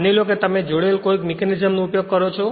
માની લો કે તમે જોડેલ કોઈક મિકેનિઝમનો ઉપયોગ કરો છો